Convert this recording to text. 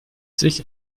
sich